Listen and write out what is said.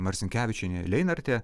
marcinkevičienė leinartė